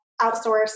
outsource